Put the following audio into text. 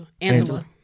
angela